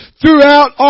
throughout